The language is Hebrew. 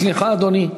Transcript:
סליחה, אדוני.